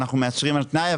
אנחנו מאשרים על תנאי.